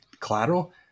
collateral